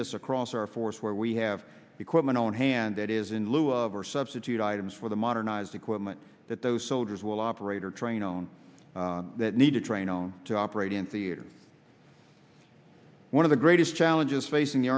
this across our force where we have equipment on hand that is in lieu of our substitute items for the modernized equipment that those soldiers will operate or train own that need to train to operate in theater one of the greatest challenges facing the